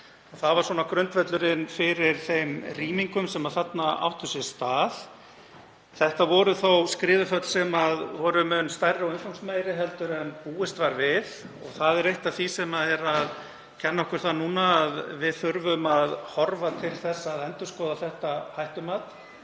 Það var grundvöllurinn fyrir þeim rýmingum sem þarna áttu sér stað. Þetta voru þó skriðuföll sem voru mun stærri og umfangsmeiri en búist var við og það er eitt af því sem kennir okkur það núna að við þurfum að horfa til þess að endurskoða þetta hættumat.